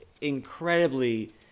incredibly